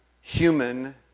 human